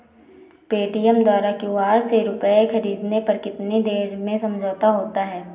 Paytm द्वारा QR से रूपए ख़रीदने पर कितनी देर में समझौता होता है?